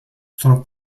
sono